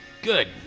Good